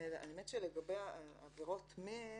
האמת שלגבי עבירות מין